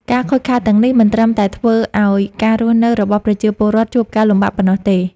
ការខូចខាតទាំងនេះមិនត្រឹមតែធ្វើឱ្យការរស់នៅរបស់ប្រជាពលរដ្ឋជួបការលំបាកប៉ុណ្ណោះទេ។